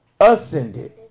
Ascended